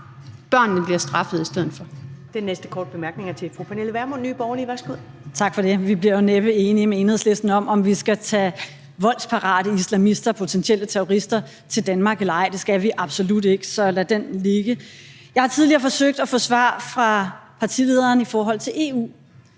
Pernille Vermund, Nye Borgerlige. Værsgo. Kl. 15:07 Pernille Vermund (NB): Tak for det. Vi bliver jo næppe enige med Enhedslisten om, om vi skal tage voldsparate islamister, potentielle terrorister, til Danmark eller ej. Det skal vi absolut ikke. Så lad den ligge. Jeg har tidligere forsøgt at få svar fra partilederen i forhold til EU.